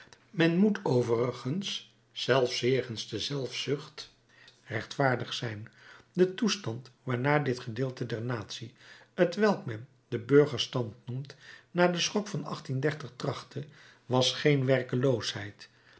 men moet overigens zelfs jegens de zelfzucht rechtvaardig zijn de toestand waarnaar dit gedeelte der natie t welk men den burgerstand noemt na den schok van was geen werkeloosheid